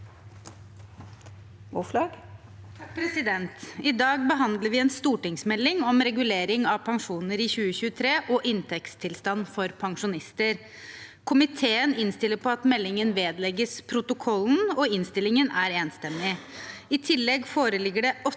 I dag behandler vi en stortingsmelding om regulering av pensjoner i 2023 og inntektstilstand for pensjonister. Komiteen innstiller på at meldingen vedlegges protokollen, og innstillingen er enstemmig.